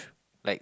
like